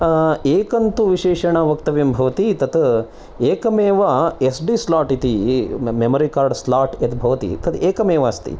एकं तु विशेषेण वक्तव्यं भवति तत् एकमेव एस् डी स्लाट् इति म मेमरी कार्ड् स्लाट् यद्भवति तत् एकमेव अस्ति